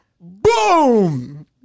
Boom